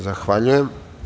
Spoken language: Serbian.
Zahvaljujem.